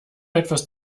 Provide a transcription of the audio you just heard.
etwas